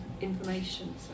information